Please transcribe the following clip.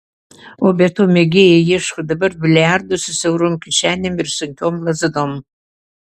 o be to mėgėjai ieško dabar biliardų su siaurom kišenėm ir sunkiom lazdom